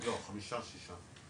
חמישה שישה,